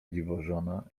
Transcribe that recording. dziwożona